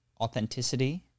Authenticity